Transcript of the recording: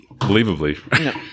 believably